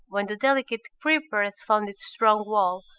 when the delicate creeper has found its strong wall,